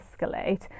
escalate